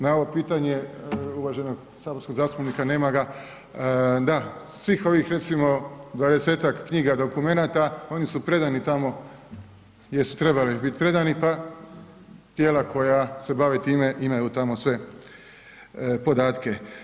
Na ovo pitanje uvaženog saborskog zastupnika, nema ga, da svih ovih recimo 20-tak knjiga, dokumenata, oni su predani tamo gdje su trebali bit predani, pa tijela koja se bave time, imaju tamo sve podatke.